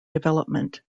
development